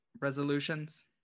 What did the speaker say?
resolutions